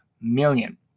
million